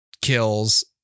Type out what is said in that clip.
kills